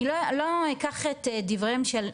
אני לא אקח את דבריהם של,